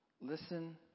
Listen